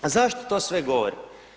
A zašto to sve govorim?